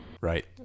Right